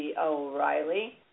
O'Reilly